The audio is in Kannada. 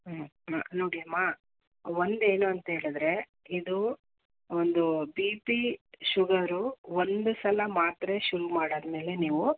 ಹ್ಞೂಂ ನೋಡಿಯಮ್ಮ ಒಂದು ಏನು ಅಂಥೇಳಿದ್ರೆ ಇದು ಒಂದು ಬಿ ಪಿ ಶುಗರು ಒಂದು ಸಲ ಮಾತ್ರೆ ಶುರು ಮಾಡಾದ್ಮೇಲೆ ನೀವು